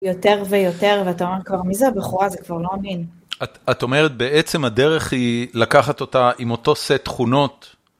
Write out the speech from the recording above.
יותר ויותר, ואתה אומר כבר מי זה הבחורה, זה כבר לא אמין. את אומרת בעצם הדרך היא לקחת אותה עם אותו סט תכונות?